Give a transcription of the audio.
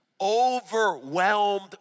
Overwhelmed